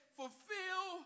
fulfill